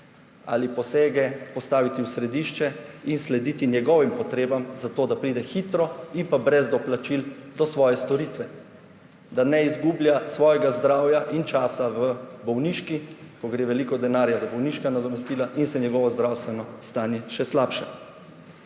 ali posege, postaviti v središče in slediti njegovim potrebam, zato da pride hitro in brez doplačil do svoje storitve, da ne izgublja svojega zdravja in časa v bolniški, ko gre veliko denarja za bolniška nadomestila in se njegovo zdravstveno stanje še slabša.